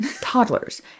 toddlers